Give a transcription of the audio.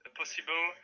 possible